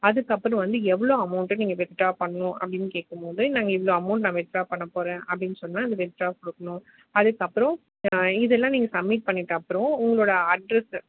அதுக்கப்புறம் வந்து எவ்வளோ அமௌண்ட்டை நீங்கள் வித்ட்ரா பண்ணணும் அப்படின்னு கேட்கும்போது நாங்கள் இவ்வளோ அமௌண்ட் நான் வித்ட்ரா பண்ணப்போகிறேன் அப்படின்னு சொன்னால் அந்த வித்ட்ரா கொடுக்கணும் அதுக்கப்புறம் இதெல்லாம் நீங்கள் கம்ப்ளிட் பண்ணிவிட்டு அப்புறம் உங்களோடய அட்ரெஸூ